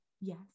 Yes